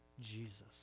Jesus